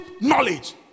knowledge